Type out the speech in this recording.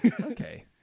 Okay